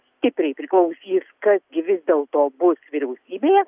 stipriai priklausys kas gi vis dėlto bus vyriausybėje